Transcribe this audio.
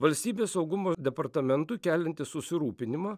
valstybės saugumo departamentui keliantys susirūpinimą